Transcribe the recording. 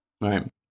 Right